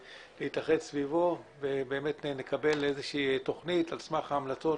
סביבו ולקבל איזושהי תוכנית על סמך ההמלצות